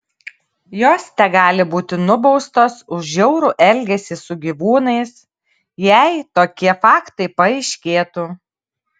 jos tegali būti nubaustos už žiaurų elgesį su gyvūnais jei tokie faktai paaiškėtų